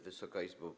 Wysoka Izbo!